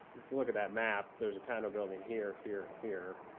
if you look at that map, there is a condo building here, here, and here.